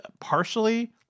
Partially